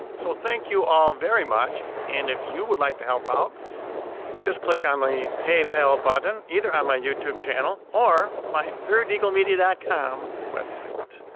so thank you all very much and if you would like to help out just click on the paypal button either on my youtube channel or my thirdeaglemedia dot com website